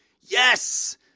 Yes